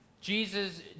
Jesus